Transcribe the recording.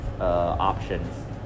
options